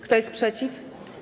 Kto jest przeciw?